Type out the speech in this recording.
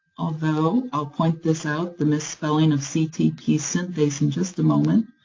although i'll point this out, the misspelling of ctp synthase in just a moment,